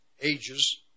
ages